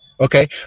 Okay